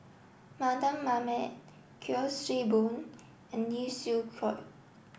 Mardan Mamat Kuik Swee Boon and Lee Siew Choh